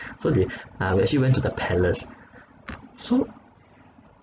so they ah we actually went to the palace so